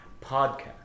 podcast